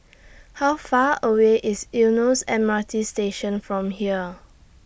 How Far away IS Eunos M R T Station from here